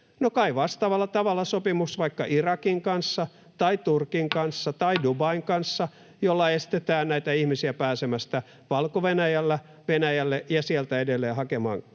No kai vastaavalla tavalla sopimus vaikka Irakin kanssa tai Turkin kanssa tai Dubain kanssa, jolla estetään näitä ihmisiä pääsemästä Valko-Venäjälle ja sieltä edelleen hakemaan